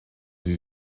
sie